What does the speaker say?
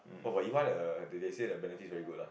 oh but E_Y the they say the benefit is very good lah